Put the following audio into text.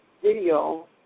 video